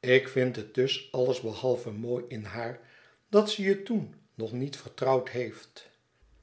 ik vind het dus allesbehalve mooi in haar dat ze je toen nog niet vertrouwd heeft